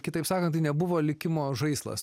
kitaip sakant tai nebuvo likimo žaislas